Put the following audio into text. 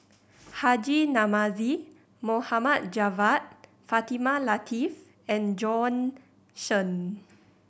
Haji Namazie Mohd Javad Fatimah Lateef and Bjorn Shen